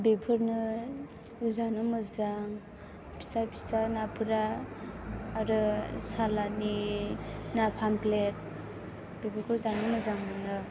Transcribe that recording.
बेफोरनो जानो मोजां फिसा फिसा नाफोरा आरो सालानि ना पामफ्रेट बेफोरखौ जानो मोजां मोनो